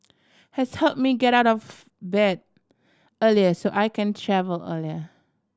has help me get out of bed earlier so I can travel earlier